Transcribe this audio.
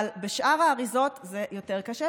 אבל בשאר האריזות זה יותר קשה.